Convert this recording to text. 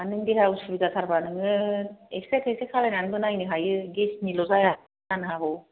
आर देहा असुबिदाथारबा नोङो एकस्रा थेकस्रा खालामना नायनो हायो गेसनिल' जायाखैबो जानो हागौ